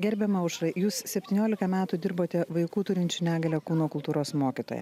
gerbiama aušra jūs septyniolika metų dirbote vaikų turinčių negalią kūno kultūros mokytoja